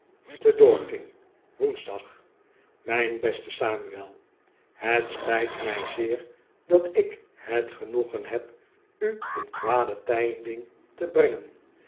te dorking woensdag mijn beste samuel het spijt mij zeer dat ik het genoegen heb u een kwade tijding te brengen